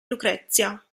lucrezia